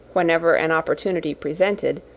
whenever an opportunity presented,